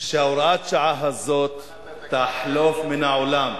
שהוראת השעה הזאת תחלוף מן העולם.